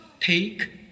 Take